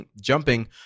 jumping